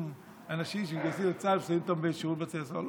אנשים שמתגייסים לצה"ל ושמים אותם בשירות בתי הסוהר.